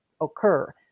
occur